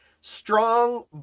strong